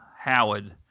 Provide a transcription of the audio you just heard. Howard